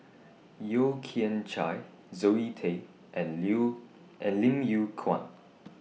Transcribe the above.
Yeo Kian Chai Zoe Tay and Leo and Lim Yew Kuan